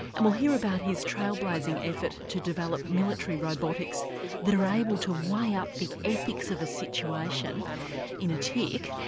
and we'll hear about his trail-blazing effort to develop military robotics that are able to weigh up the ethics of a situation in a tic,